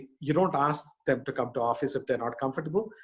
you don't ask them to come to office if they're not comfortable.